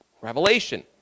revelation